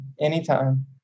anytime